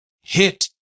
hit